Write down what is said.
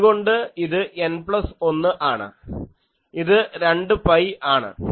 അതുകൊണ്ട് ഇത് N plus 1 ആണ് ഇത് 2 പൈ ആണ്